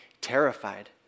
terrified